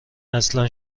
اصلا